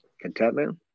Contentment